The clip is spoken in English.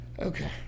Okay